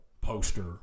poster